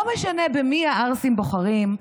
לא משנה במי הערסים בוחרים,